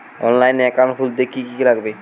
অনলাইনে একাউন্ট খুলতে কি কি লাগবে?